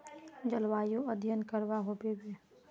जलवायु अध्यन करवा होबे बे?